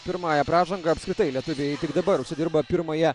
pirmąja pražanga apskritai lietuviai tik dabar užsidirba pirmąją